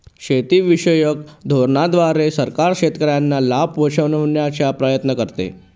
शेतीविषयक धोरणांद्वारे सरकार शेतकऱ्यांना लाभ पोहचवण्याचा प्रयत्न करते